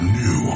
new